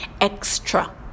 extra